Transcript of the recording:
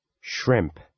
Shrimp